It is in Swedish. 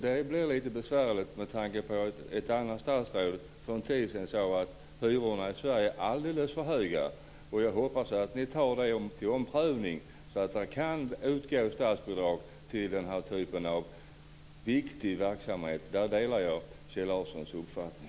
Det blir lite besvärligt med tanke på att ett annat statsråd för en tid sedan sade att hyrorna i Sverige är alldeles för höga. Jag hoppas att ni tar detta till omprövning, så att det kan utgå statsbidrag till denna typ av viktig verksamhet. Där delar jag Kjell Larssons uppfattning.